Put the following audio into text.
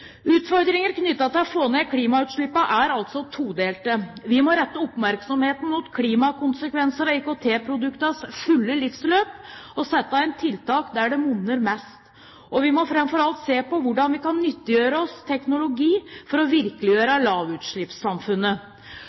Utfordringer knyttet til å få ned klimautslippene er altså todelte. Vi må rette oppmerksomheten mot klimakonsekvenser av IKT-produktenes fulle livsløp, og sette inn tiltak der det monner mest. Og vi må framfor alt se på hvordan vi kan nyttiggjøre oss teknologi for å virkeliggjøre lavutslippssamfunnet.